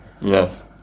Yes